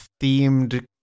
themed